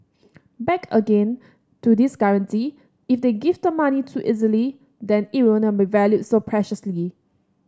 back again to this guarantee if they give the money too easily then it will not be valued so preciously